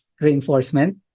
reinforcement